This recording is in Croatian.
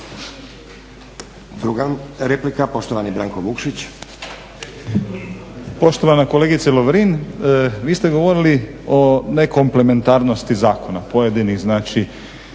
Druga replika, poštovani Branko Vukšić.